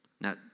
Now